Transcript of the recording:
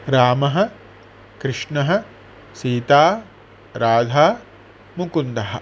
रामः कृष्णः सीता राधा मुकुन्दः